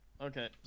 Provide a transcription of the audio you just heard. Okay